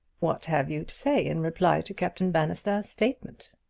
what have you to say in reply to captain bannister's statement?